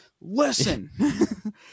listen